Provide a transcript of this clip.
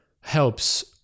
helps